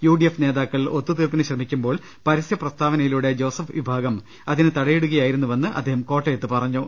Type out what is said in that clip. UDF നേതാക്കൾ ഒത്തുതീർപ്പിന് ശ്രമിക്കുമ്പോൾ പരസ്യപ്രസ്താവനയിലൂടെ ജോസഫ് വിഭാഗം അതിന് തട യിടുകയായിരുന്നുവെന്ന് അദ്ദേഹം കോട്ടയത്ത് പറഞ്ഞു